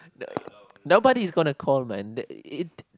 nobody is gonna call man th~ it